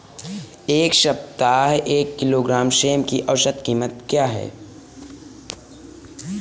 इस सप्ताह एक किलोग्राम सेम की औसत कीमत क्या है?